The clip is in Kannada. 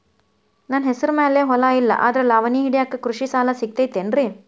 ನನ್ನ ಹೆಸರು ಮ್ಯಾಲೆ ಹೊಲಾ ಇಲ್ಲ ಆದ್ರ ಲಾವಣಿ ಹಿಡಿಯಾಕ್ ಕೃಷಿ ಸಾಲಾ ಸಿಗತೈತಿ ಏನ್ರಿ?